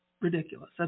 ridiculous